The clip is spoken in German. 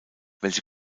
welche